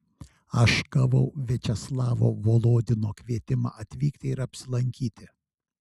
aš gavau viačeslavo volodino kvietimą atvykti ir apsilankyti